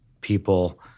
people